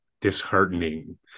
disheartening